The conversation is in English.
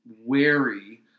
wary